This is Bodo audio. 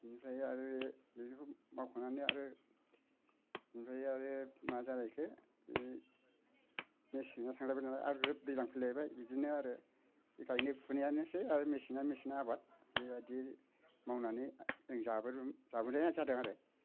बिनिफ्राय आरो बेफोरखौ मावखांनानै आरो ओमफ्राय आरो मा जालायखो मेसेङा थांलायबाय आरो दैज्लां फैलायबाय बिदिनो आरो गायनाय फुनायानो सै आरो मेसेंना मेसेंनि आबाद बेबायदि मावनानै जों जाबोदों जाबोनाया जादों आरो